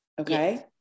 Okay